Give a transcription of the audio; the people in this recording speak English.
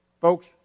Folks